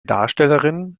darstellerin